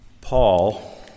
Paul